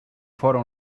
fóra